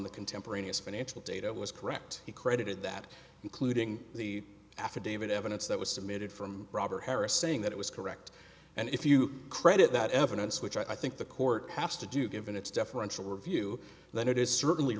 the contemporaneous financial data was correct he credited that including the affidavit evidence that was submitted from robert harris saying that it was correct and if you credit that evidence which i think the court has to do given its deferential review then it is certainly